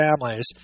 families